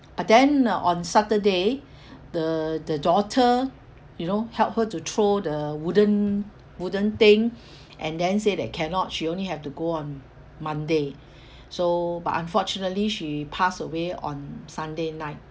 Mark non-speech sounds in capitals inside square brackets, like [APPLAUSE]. but then uh on saturday the the daughter you know help her to throw the wooden wooden thing [BREATH] and then say that cannot she only have to go on monday so but unfortunately she passed away on sunday night